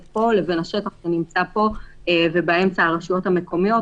פה לבין השטח שנמצא שם ובאמצע הרשויות המקומיות.